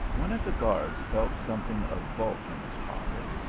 one of the guards felt something of bulk in his pocket,